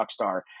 Rockstar